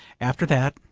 after that,